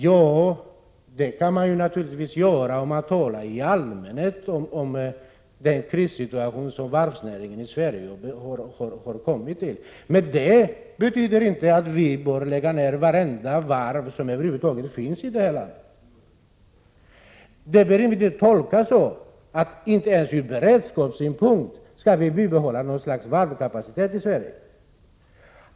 Ja, det kan man naturligtvis göra, om man talar i allmänna ordalag om den krissituation som varvsnäringen i Sverige har råkat in i. Men det betyder inte att vi bör lägga ned alla varv som över huvud taget finns i detta land. Det kan emellertid tolkas så, att han menar att vi inte ens ur beredskapssynpunkt skall bibehålla en varvskapacitet i Sverige.